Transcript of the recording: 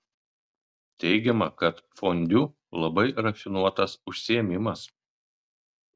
teigiama kad fondiu labai rafinuotas užsiėmimas